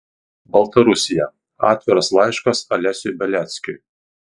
baltarusija atviras laiškas alesiui beliackiui